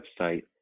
website